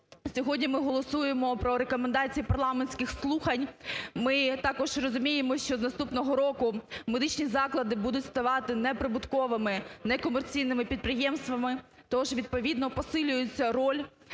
сьогодні ми голосуємо про рекомендації парламентських слухань, ми також розуміємо, що з наступного року медичні заклади будуть ставати не прибутковими, не комерційними підприємствами, тож відповідно посилюється роль